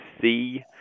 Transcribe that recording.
see